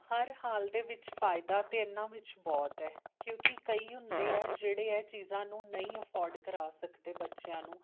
ਹਰ ਹਾਲ ਦੇ ਵਿੱਚ ਫ਼ਾਇਦਾ ਤਾਂ ਇਹਨਾਂ ਵਿੱਚ ਬਹੁਤ ਹੈ ਕਿਉਂਕਿ ਕਈ ਹੁੰਦੇ ਆ ਜਿਹੜੇ ਇਹ ਚੀਜ਼ਾਂ ਨੂੰ ਨਹੀਂ ਅਫੋਰਡ ਕਰਾ ਸਕਦੇ ਬੱਚਿਆਂ ਨੂੰ